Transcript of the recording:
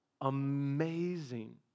amazing